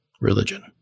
religion